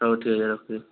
ହେଉ ଠିକ ଅଛି ରଖୁଛି